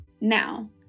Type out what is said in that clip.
Now